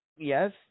Yes